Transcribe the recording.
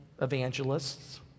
evangelists